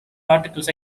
articles